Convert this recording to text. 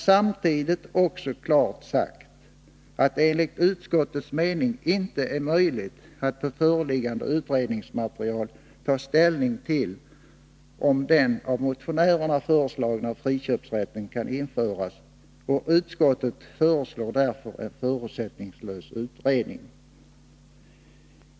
Samtidigt har man klart uttalat att det enligt utskottets mening inte är möjligt att på föreliggande utredningsmaterial ta ställning till om den av motionärerna föreslagna friköpsrätten kan införas. Utskottet föreslår därför en förutsättningslös utredning.